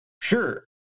sure